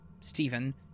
Stephen